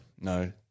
no